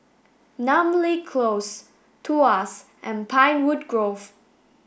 Namly Close Tuas and Pinewood Grove